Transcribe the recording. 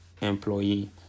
employee